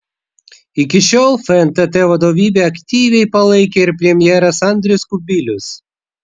iki šiol fntt vadovybę aktyviai palaikė ir premjeras andrius kubilius